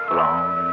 long